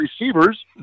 receivers